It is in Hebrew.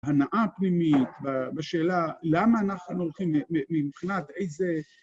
הנעה הפנימית בשאלה למה אנחנו הולכים, מ... מבחינת איזה...